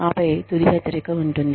ఆపై తుది హెచ్చరిక ఉంటుంది